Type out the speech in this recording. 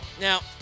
Now